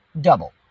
double